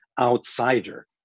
outsider